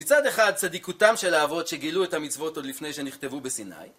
מצד אחד, צדיקותם של האבות שגילו את המצוות עוד לפני שנכתבו בסיני.